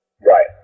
Right